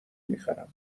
میخرم